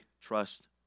trust